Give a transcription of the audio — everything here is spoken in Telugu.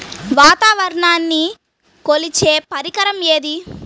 వాతావరణాన్ని కొలిచే పరికరం ఏది?